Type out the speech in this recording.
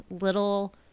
little